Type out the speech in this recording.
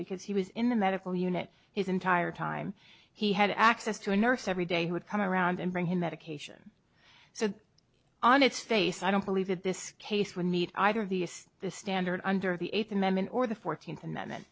because he was in the medical unit his entire time he had access to a nurse every day who would come around and bring him medication so on its face i don't believe that this case would meet either the is the standard under the eighth amendment or the fourteenth amendment